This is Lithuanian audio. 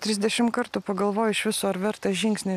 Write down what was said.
trisdešim kartų pagalvoja iš viso ar verta žingsnį